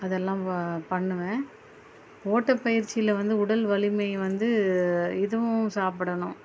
அதெல்லாம் பண்ணுவேன் ஓட்டப்பயிற்சியில வந்து உடல் வலிமை வந்து இதுவும் சாப்பிடணும்